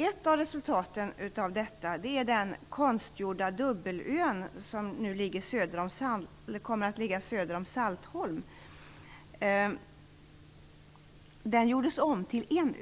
Ett av resultaten av dessa är att den konstgjorda dubbelö som skulle förläggas söder om Saltholm har gjorts om till en enda